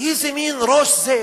איזה מין ראש זה